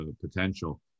potential